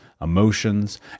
emotions